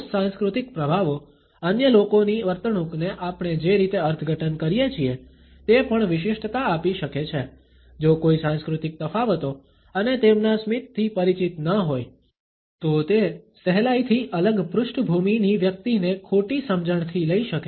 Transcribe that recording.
cross સાંસ્કૃતિક પ્રભાવો અન્ય લોકોની વર્તણૂકને આપણે જે રીતે અર્થઘટન કરીએ છીએ તે પણ વિશિષ્ટતા આપી શકે છે જો કોઈ સાંસ્કૃતિક તફાવતો અને તેમના સ્મિતથી પરિચિત ન હોય તો તે સહેલાઈથી અલગ પૃષ્ઠભૂમિની વ્યક્તિને ખોટી સમજણથી લઇ શકે છે